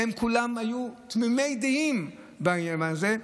והם כולם היו תמימי דעים בעניין הזה.